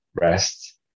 rest